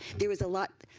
there was a lot